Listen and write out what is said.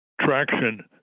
traction